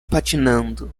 patinando